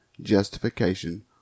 justification